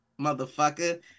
motherfucker